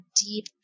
deep